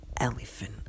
elephant